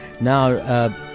Now